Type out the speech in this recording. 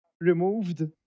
removed